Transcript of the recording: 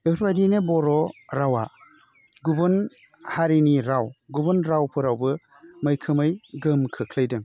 बेफोर बायदिनो बर' रावा गुबुन हारिनि राव गुबुन रावफोरावबो मैखोमै गोहोम खोख्लैदों